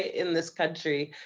in this country.